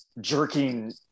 jerking